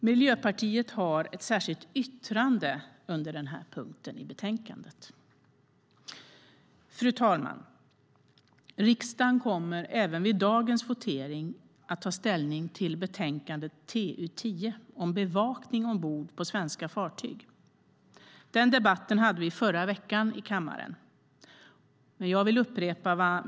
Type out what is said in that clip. Miljöpartiet har ett särskilt yttrande under denna punkt i betänkandet. Fru talman! Riksdagen kommer vid dagens votering att ta ställning till betänkande TU10 om bevakning ombord på svenska fartyg, som debatterades förra veckan i kammaren.